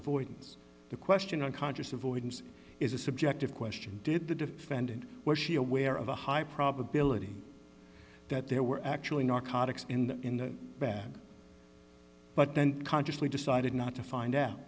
avoidance the question of conscious avoidance is a subjective question did the defendant was she aware of a high probability that there were actually narcotics in the in the bag but then consciously decided not to find out